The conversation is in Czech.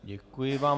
Děkuji vám.